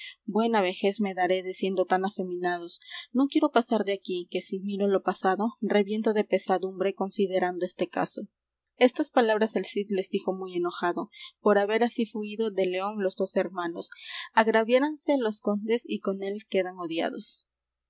buena vejez me daredes siendo tan afeminados no quiero pasar de aquí que si miro lo pasado reviento de pesadumbre considerando este caso estas palabras el cid les dijo muy enojado por haber así fuído del león los dos hermanos agraviáronse los condes y con él quedan odiados